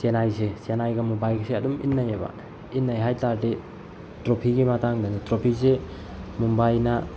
ꯆꯦꯟꯅꯥꯏꯁꯦ ꯆꯦꯟꯅꯥꯏꯒ ꯃꯨꯝꯕꯥꯏꯒꯁꯦ ꯑꯗꯨꯝ ꯏꯟꯅꯩꯑꯕ ꯏꯟꯅꯩ ꯍꯥꯏ ꯇꯥꯔꯗꯤ ꯇ꯭ꯔꯣꯐꯤꯒꯤ ꯃꯇꯥꯡꯗꯅꯤ ꯇ꯭ꯔꯣꯐꯤꯁꯤ ꯃꯨꯝꯕꯥꯏꯅ